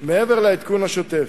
מעבר לעדכון השוטף.